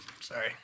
sorry